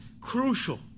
crucial